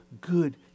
good